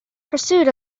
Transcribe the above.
pursuit